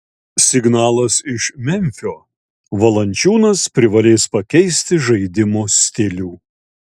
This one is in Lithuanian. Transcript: signalas iš memfio valančiūnas privalės pakeisti žaidimo stilių